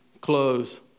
close